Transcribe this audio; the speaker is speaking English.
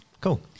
Cool